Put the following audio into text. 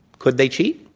could they cheat?